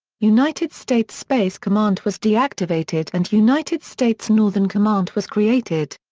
united states space command was deactivated and united states northern command was created.